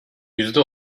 yüzde